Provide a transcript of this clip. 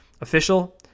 official